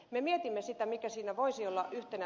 me mietimme sitä mikä siihen voisi olla syynä